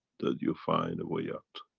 that you find a way out.